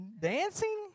Dancing